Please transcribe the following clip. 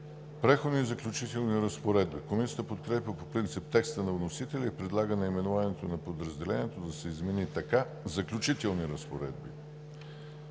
„Преходни и заключителни разпоредби“. Комисията подкрепя по принцип текста на вносителя и предлага наименованието на подразделението да се измени така: „Заключителни разпоредби“.